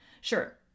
Sure